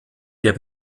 der